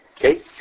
Okay